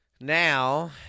Now